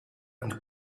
and